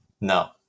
No